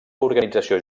organització